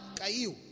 caiu